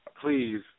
please